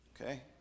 Okay